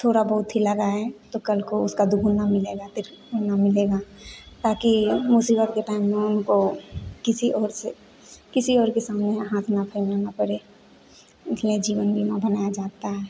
थोड़ा बहुत मिला रहे तो कल को उसका दुगना मिलेगा बाकी मुसीबत के टाइम में उनको किसी और से किसी और के सामने हाथ ना फैलाना पड़े इसलिए जीवन बीमा बनाया जाता है